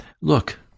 look